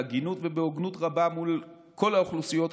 בהגינות ובהוגנות רבה מול כל האוכלוסיות,